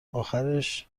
آخرش